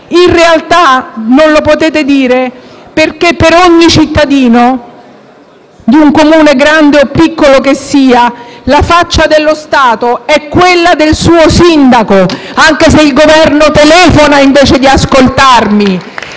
In realtà, non lo potete dire perché per ogni cittadino di un Comune, grande o piccolo che sia, la faccia dello Stato è quella del suo sindaco, anche se il rappresentante del Governo telefona invece di ascoltarmi.